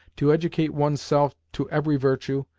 to educate oneself to every virtue,